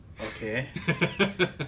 Okay